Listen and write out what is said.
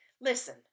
Listen